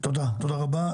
תודה רבה.